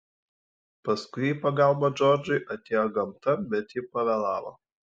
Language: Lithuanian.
paskui į pagalbą džordžui atėjo gamta bet ji pavėlavo